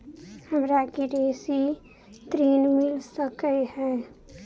हमरा कृषि ऋण मिल सकै है?